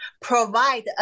provide